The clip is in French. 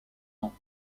ans